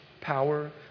power